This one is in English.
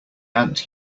aunt